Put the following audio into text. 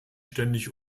ständig